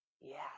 yes